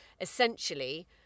essentially